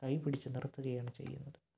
കൈപിടിച്ച് നിർത്തുകയാണ് ചെയ്യുന്നത്